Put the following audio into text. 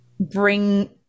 bring